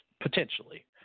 potentially